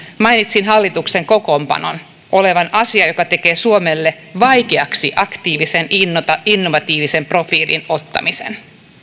mainitsin hallituksen kokoonpanon olevan asia joka tekee suomelle vaikeaksi aktiivisen ja innovatiivisen profiilin ottamisen